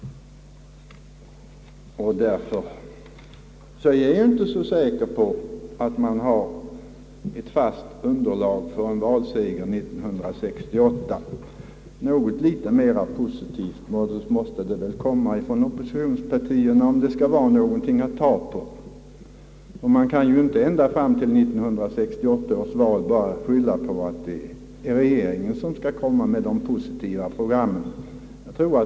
Jag är därför inte så säker på att man har ett fast underlag för en valseger 1968. Något litet mera positivt måste det väl ändå komma från oppositionspartierna, om det skall vara någonting att ta på, ty man kan inte ända fram till 1968 års val bara skylla på att det är regeringen som skall komma med de positiva programmen.